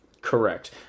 correct